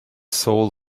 soul